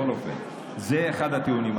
זה אחד הטיעונים.